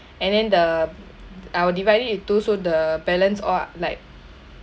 and then the I will divide it in two so the balance all up like